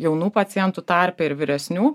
jaunų pacientų tarpe ir vyresnių